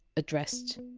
addressed.